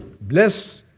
Bless